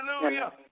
Hallelujah